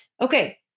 Okay